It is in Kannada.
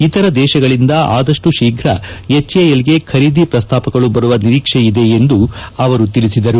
ಇತರ ದೇಶಗಳಿಂದ ಆದಷ್ಟು ಶೀಘ್ರ ಎಚ್ಎಎಲ್ ಗೆ ಖರೀದಿ ಪ್ರಸ್ತಾಪಗಳು ಬರುವ ನಿರೀಕ್ಷೆ ಇದೆ ಎಂದು ಅವರು ತಿಳಿಸಿದರು